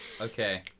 Okay